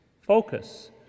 focus